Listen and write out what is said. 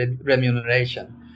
remuneration